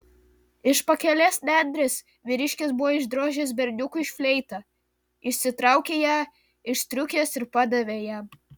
iš pakelės nendrės vyriškis buvo išdrožęs berniukui fleitą išsitraukė ją iš striukės ir padavė jam